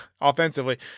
offensively